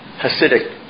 Hasidic